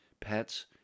pets